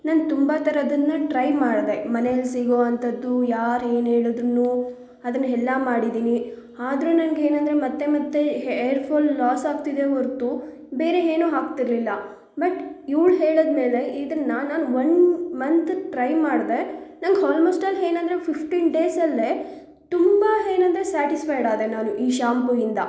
ನಾನು ತುಂಬ ಥರದ್ದನ್ನು ಟ್ರೈ ಮಾಡಿದೆ ಮನೆಯಲ್ಲಿ ಸಿಗುವಂಥದ್ದು ಯಾರು ಏನು ಹೇಳದ್ರುನೂ ಅದನ್ನು ಎಲ್ಲಾ ಮಾಡಿದ್ದೀನಿ ಆದ್ರೂ ನನಗ್ ಏನೆಂದ್ರೆ ಮತ್ತೆ ಮತ್ತೆ ಹೇರ್ ಫಾಲ್ ಲೊಸ್ ಆಗ್ತಿದೆ ಹೊರತು ಬೇರೆ ಏನೂ ಆಕ್ತಿರ್ಲಿಲ್ಲ ಬಟ್ ಇವ್ಳು ಹೇಳಿದ ಮೇಲೆ ಇದನ್ನು ನಾನು ಒನ್ ಮಂತ್ ಟ್ರೈ ಮಾಡಿದೆ ನನಗ್ ಹಾಲ್ಮೋಸ್ಟ ಆಲ್ ಏನಂದ್ರೆ ಫಿಫ್ಟೀನ್ ಡೇಸಲ್ಲೆ ತುಂಬ ಏನಂದ್ರೆ ಸ್ಯಾಟಿಸ್ಫೈಡ್ ಆದೆ ನಾನು ಈ ಶಾಂಪುವಿಂದ